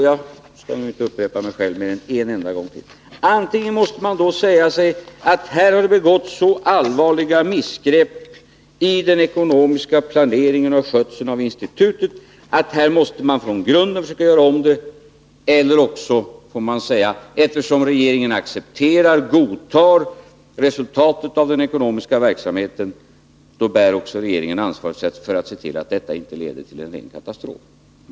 Jag skall inte upprepa mig själv mer än en enda gång till: Antingen måste man säga sig att här har det begåtts så allvarliga missgrepp i den ekonomiska planeringen och skötseln av institutet att man måste försöka göra om arbetet från grunden, eller också får man säga att eftersom regeringen godtar resultatet av den ekonomiska verksamheten bär också regeringen ansvaret för att se till att detta inte leder till en ren katastrof.